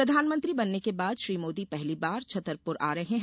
प्रधानमंत्री बनने के बाद श्री मोदी पहली बार छतरपुर आ रहे हैं